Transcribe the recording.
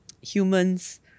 humans